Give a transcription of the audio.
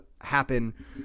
happen